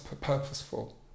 purposeful